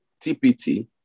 TPT